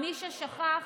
מי ששכח,